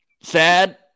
sad